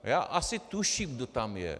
Já asi tuším, kdo tam je.